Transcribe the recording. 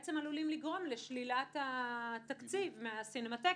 ובעצם עלולים לגרום לשלילת התקציב מהסינמטק.